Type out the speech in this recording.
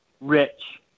rich